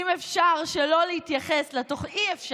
אי-אפשר שלא להתייחס לתוכנית, אם אפשר,